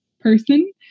person